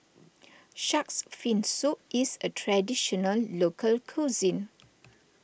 Shark's Fin Soup is a Traditional Local Cuisine